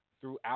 throughout